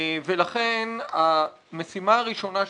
לכן המשימה הראשונה שלנו,